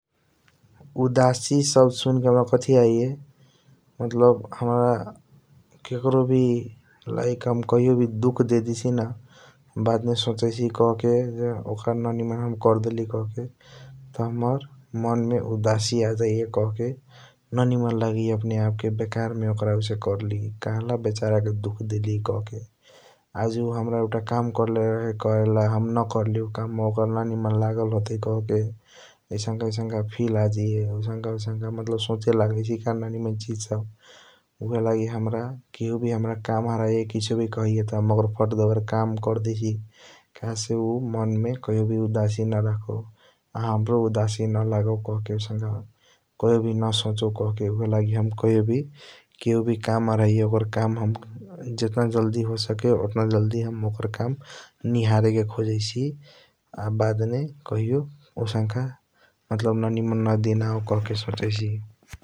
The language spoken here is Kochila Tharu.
उदासी सबद सुन के हाम्रा कथी आइय मतलब हाम्रा ककरों वी लाइक हम कहियों वी दुख देड़ीसी न । बदमे सोचैसि कहके लाइक हम ओकर ननीमान कार्डेलि कहके त हाम्रा मन मे उआदासी आजाइया कहके । ननीमान लागैया अपने अप मे बेकार आउसे कर्ली कहेला बेचार के दुख देली कहके आजू हाम्रा एउटा काम कहले रहे । करेला हम न कर्ली उ काम ओकर ननीमान लगल होतई कहके आईसंक आईसंक फ़ील आजाइया आउसनका आउंसका मतलब सोचे लगैसी का । ननीमान चीज सब ऊहएलगी हाम्रा केहु वी हाम्रा काम आराइहाय कसियों वी कहैया त हम ओकर फट डाबर काम करडीसी कहेसे मन मे कहियों वी उदासी न राखों । आ हमरो उदासी न लगो कहके आउसनका कहियों वी न सोचो कहके ऊहएलगी कहियों वी केहु वी काम आराइहाय ओकर काम हम जतना जल्दी हो सके ओटना जल्दी हम ओकर काम नैहारे के खोजईसी । आ बदमे कहियों औसनका मतलब ननीमान न दिन आओ कहके सोचैसि ।